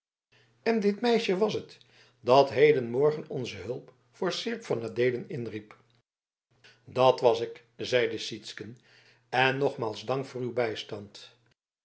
en dit meisje was het dat hedenmorgen onze hulp voor seerp van adeelen inriep dat was ik zeide sytsken en nogmaals dank voor uw bijstand